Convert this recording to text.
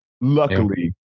luckily